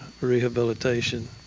rehabilitation